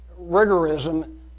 rigorism